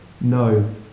No